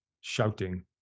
shouting